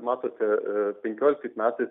matote penkioliktais metais